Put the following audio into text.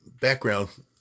background